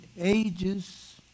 ages